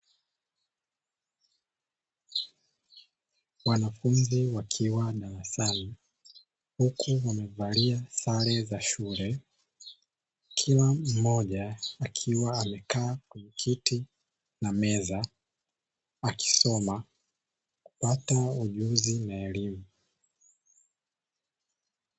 Wanafunzi wakiwa darasani, huku wamevalia sare za shule, kila mmoja akiwa amekaa kwenye kiti na meza akisoma kupata ujuzi na elimu.